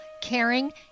caring